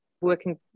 working